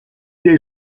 dei